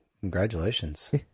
Congratulations